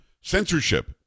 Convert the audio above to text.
censorship